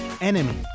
enemy